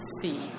see